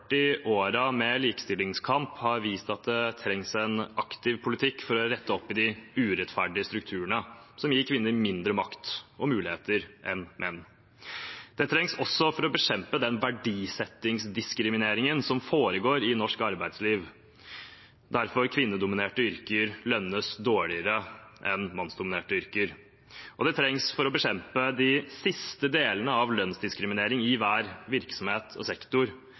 med likestillingskamp har vist at det trengs en aktiv politikk for å rette opp i de urettferdige strukturene som gir kvinner mindre makt og muligheter enn menn. Det trengs også for å bekjempe den verdisettingsdiskrimineringen som foregår i norsk arbeidsliv, der kvinnedominerte yrker lønnes dårligere enn mannsdominerte yrker. Og det trengs for å bekjempe de siste delene av lønnsdiskriminering i hver virksomhet og sektor,